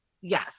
yes